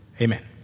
Amen